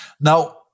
Now